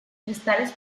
cristales